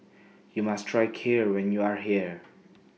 YOU must Try Kheer when YOU Are here